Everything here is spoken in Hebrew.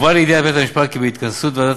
הובא לידיעת בית-המשפט כי בהתכנסות ועדת